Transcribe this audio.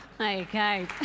Okay